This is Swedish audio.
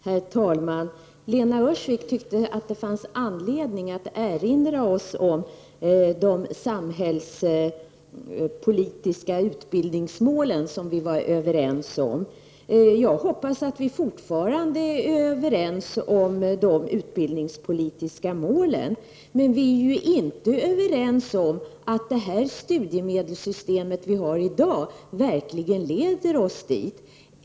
Herr talman! Lena Öhrsvik tyckte att det fanns anledning att erinra oss om de samhällspolitiska utbildningsmål som vi var överens om. Jag hoppas att vi fortfarande är överens om de utbildningspolitiska målen. Men vi är inte överens om att det studiemedelssystem som vi har i dag verkligen leder oss dit.